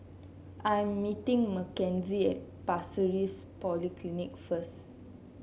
I am meeting Mckenzie at Pasir Ris Polyclinic first